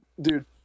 dude